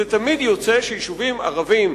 זה תמיד יוצא שיישובים ערביים,